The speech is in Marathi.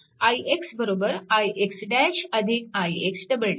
ix ix ix